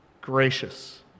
gracious